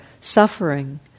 suffering